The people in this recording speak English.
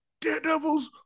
Daredevil's